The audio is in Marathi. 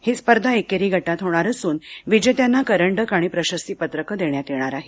ही स्पर्धा एकेरी गटात होणार असून विजेत्यांना करंडक आणि प्रशस्तीपत्रक देण्यात येणार आहे